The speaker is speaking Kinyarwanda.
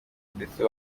ndetse